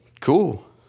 Cool